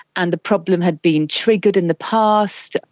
and the problem had been triggered in the past,